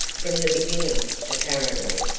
from the beginning, apparently,